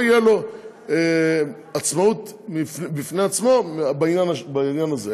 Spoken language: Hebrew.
לא תהיה לו עצמאות בפני עצמו בעניין הזה,